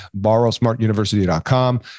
borrowsmartuniversity.com